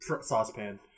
saucepan